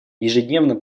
ежедневно